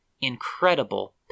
incredible